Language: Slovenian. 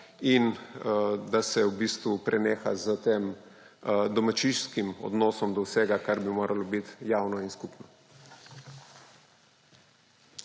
in da se v bistvu preneha s tem domačijskim odnosom do vsega, kar bi moralo biti javno in skupno.